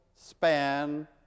span